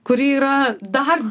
kuri yra dar